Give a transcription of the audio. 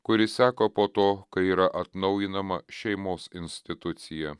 kuris seka po to kai yra atnaujinama šeimos institucija